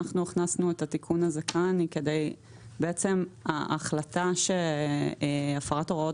אנחנו הכנסנו את התיקון הזה כאן כי ההחלטה שהפרת הוראות